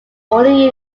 only